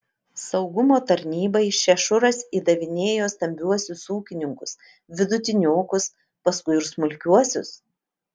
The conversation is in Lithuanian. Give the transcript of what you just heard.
saugumo tarnybai šešuras įdavinėjo stambiuosius ūkininkus vidutiniokus paskui ir smulkiuosius